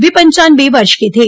वे पचनावे वर्ष के थे